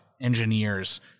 engineers